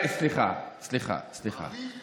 סליחה, סליחה.